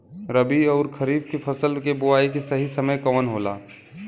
रबी अउर खरीफ के फसल के बोआई के सही समय कवन होला?